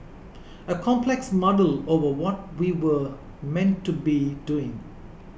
a complex muddle over what we're meant to be doing